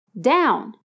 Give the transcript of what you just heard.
down